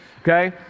okay